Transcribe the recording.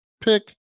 pick